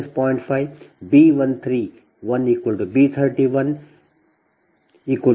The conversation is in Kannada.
0 G 23 G 32 0